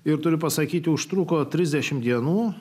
ir turiu pasakyti užtruko trisdešim dienų